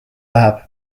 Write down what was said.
läheb